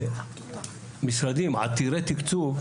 במשרדים עתירי תקצוב,